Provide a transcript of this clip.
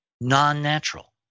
non-natural